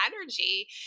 energy